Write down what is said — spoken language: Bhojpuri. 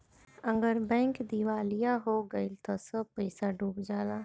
अगर बैंक दिवालिया हो गइल त सब पईसा डूब जाला